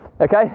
Okay